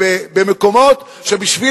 או נמצאה להם תעסוקה במקומות שבשביל